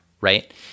right